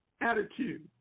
attitude